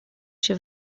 się